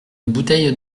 bouteille